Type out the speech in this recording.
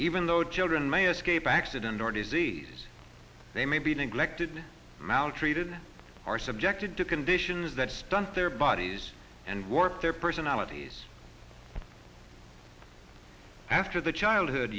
even though children may escape by accident or disease they may be neglected maltreated are subjected to conditions that stunt their bodies and work their personalities after the childhood